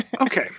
okay